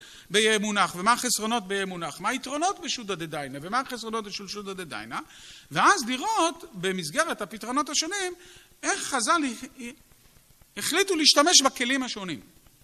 ב-יהא מונח ומה החסרונות ביהא מונח, מה היתרונות בשודא דדיינא ומה החסרונות של שודא דדיינא, ואז לראות במסגרת הפתרונות השונים איך חז"ל החליטו להשתמש בכלים השונים